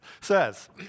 says